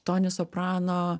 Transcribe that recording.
tonis soprano